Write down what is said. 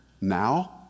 now